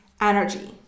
energy